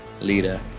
Leader